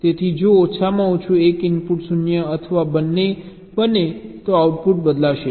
તેથી જો ઓછામાં ઓછું એક ઇનપુટ 0 અથવા બંને બને તો આઉટપુટ બદલાશે